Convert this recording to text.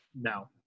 No